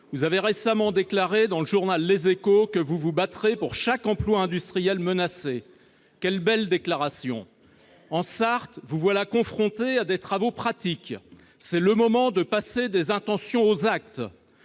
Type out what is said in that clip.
Vous avez récemment déclaré, dans le journal, que vous vous battrez pour chaque emploi industriel menacé. Quelle belle déclaration ! Or vous voilà confronté, dans la Sarthe, à des travaux pratiques ; c'est le moment de passer des intentions aux actes.